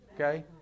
Okay